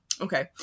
Okay